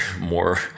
more